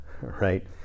right